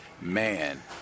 man